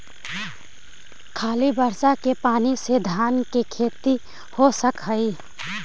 खाली बर्षा के पानी से धान के खेती हो सक हइ?